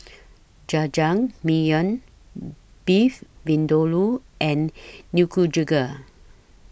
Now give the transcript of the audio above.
Jajangmyeon Beef Vindaloo and Nikujaga